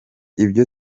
ibyo